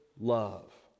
love